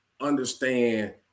understand